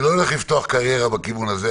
אני לא הולך לפתוח קריירה בכיוון הזה,